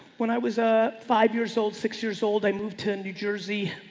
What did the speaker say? when i was ah five years old, six years old, i moved to new jersey.